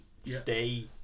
stay